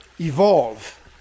evolve